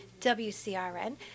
WCRN